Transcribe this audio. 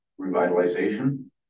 revitalization